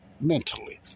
mentally